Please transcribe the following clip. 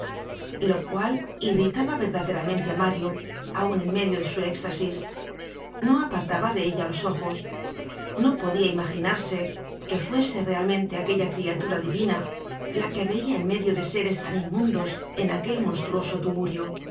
lo cual irritaba verdaderamente á mario aun en medio de su éxtasis no apartaba de ella los ojos no podia imaginarse que fuese realmente aquella criatura divina la que veia en medio de seres tan inmundos en aquel monstruoso tugurio